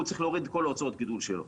צריך להוריד את כל ההוצאות גידול שלו.